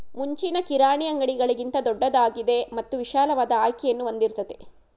ಮುಂಚಿನ ಕಿರಾಣಿ ಅಂಗಡಿಗಳಿಗಿಂತ ದೊಡ್ದಾಗಿದೆ ಮತ್ತು ವಿಶಾಲವಾದ ಆಯ್ಕೆಯನ್ನು ಹೊಂದಿರ್ತದೆ